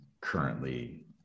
currently